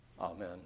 Amen